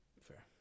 Fair